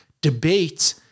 debate